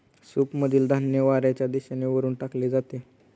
सूपमधील धान्य वाऱ्याच्या दिशेने वरून टाकले जाते